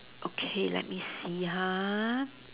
okay let me see ha